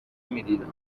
میدیدم